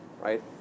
right